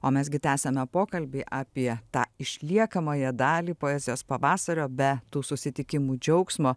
o mes gi tęsiame pokalbį apie tą išliekamąją dalį poezijos pavasario be tų susitikimų džiaugsmo